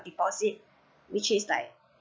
deposit which is like